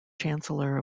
chancellor